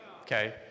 Okay